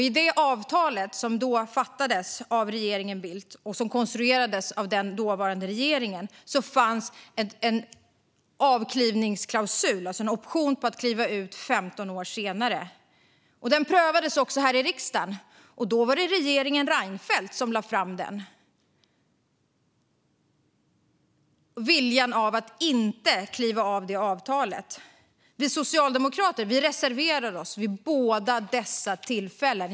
I det avtal som beslutades av regeringen Bildt och som konstruerades av den dåvarande regeringen fanns en klausul, alltså en option, om att man skulle kunna kliva av 15 år senare. Detta prövades här i riksdagen. Då var det regeringen Reinfeldt som lade fram att man inte ville kliva av det avtalet. Vi socialdemokrater reserverade oss vid båda dessa tillfällen.